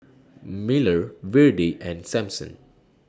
Miller Virdie and Sampson